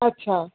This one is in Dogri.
अच्छा